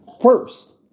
first